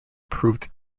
proved